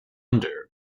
under